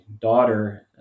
daughter